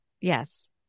Yes